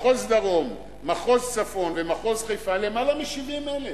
מחוז דרום, מחוז צפון ומחוז חיפה, למעלה מ-70,000.